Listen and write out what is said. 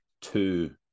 two